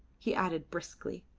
he added briskly.